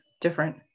different